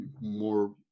more